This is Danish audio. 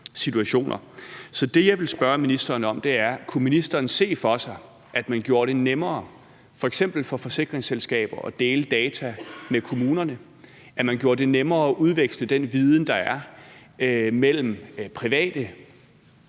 Så det, jeg vil spørge ministeren om, er, om ministeren kunne se for sig, at man gjorde det nemmere for f.eks. forsikringsselskaberne at dele data med kommunerne, og at man gjorde det nemmere at udveksle den viden, der er mellem private